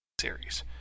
series